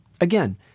Again